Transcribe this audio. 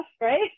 right